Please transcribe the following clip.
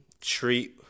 treat